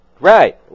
Right